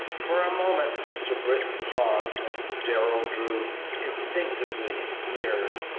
for a moment mr. britton paused, and darrell drew instinctively nearer,